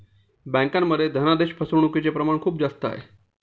बँकांमध्ये धनादेश फसवणूकचे प्रमाण खूप जास्त आहे